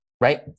Right